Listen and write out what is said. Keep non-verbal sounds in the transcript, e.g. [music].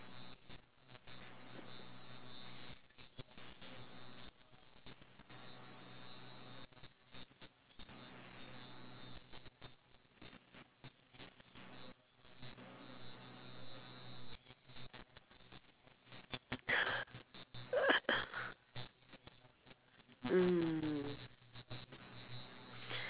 [laughs] mm